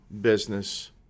business